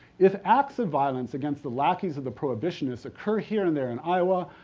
if acts of violence against the lackeys of the prohibitionists occur here and there in iowa,